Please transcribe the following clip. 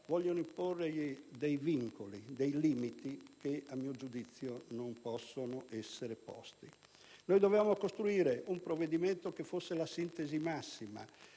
della vita, dei vincoli, dei limiti che a mio giudizio non possono essere posti. Avremmo dovuto costruire un provvedimento che fosse la sintesi massima